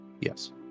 Yes